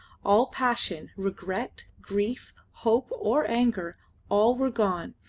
all passion, regret, grief, hope, or anger all were gone,